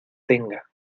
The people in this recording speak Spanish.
tenga